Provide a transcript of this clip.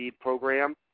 program